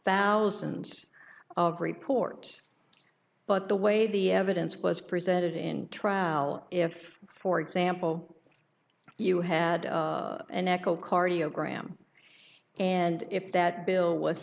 thousands of reports but the way the evidence was presented in trial if for example you had an echocardiogram and if that bill was